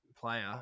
player